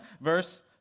verse